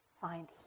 find